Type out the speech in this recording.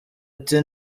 ati